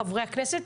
חברי הכנסת,